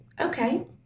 okay